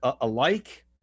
alike